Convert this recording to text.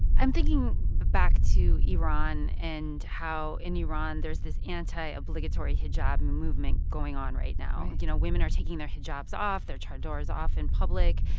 i'm thinking back to iran and how in iran there's this anti-obligatory hijab movement going on right now. you know, women are taking their hijabs off, their chadors off in public.